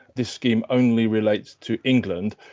this scheme only relates to england.